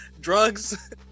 drugs